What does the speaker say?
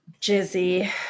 Jizzy